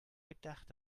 gedacht